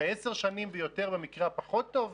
ועשר שנים ויותר במקרה הפחות טוב.